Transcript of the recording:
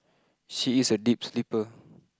she is a deep sleeper